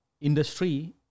industry